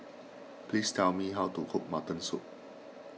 please tell me how to cook Mutton Soup